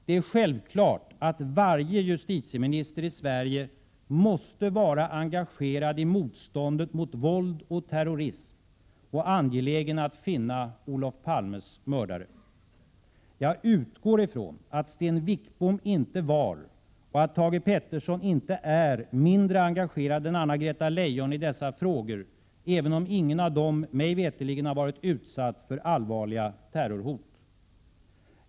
Det är självklart att varje justitieminister i Sverige måste vara engagerad i motståndet mot våld och terrorism och angelägen att finna Olof Palmes mördare. Jag utgår ifrån att Sten Wickbom inte var och att Thage Peterson inte är mindre engagerad än Anna-Greta Leijon i dessa frågor, även om ingen av dem mig veterligt har varit utsatt för allvarliga terrorhot.